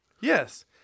Yes